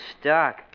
stuck